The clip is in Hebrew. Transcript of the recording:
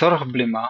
לצורך בלימה,